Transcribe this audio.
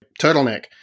turtleneck